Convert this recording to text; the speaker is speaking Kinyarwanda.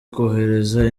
kohereza